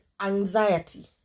anxiety